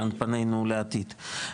לאן פנינו בעתיד.